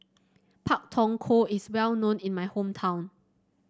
Pak Thong Ko is well known in my hometown